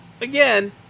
again